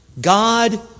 God